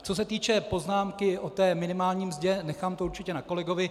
Co se týče poznámky o minimální mzdě, nechám to určitě na kolegovi.